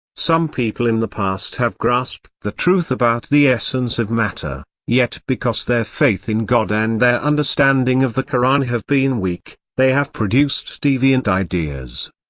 some people in the past have grasped the truth about the essence of matter, yet because their faith in god and their understanding of the koran have been weak, they have produced deviant ideas.